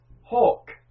Hawk